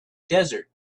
desert